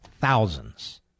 thousands